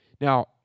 Now